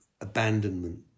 abandonment